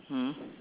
hmm